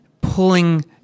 pulling